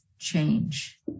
change